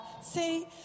See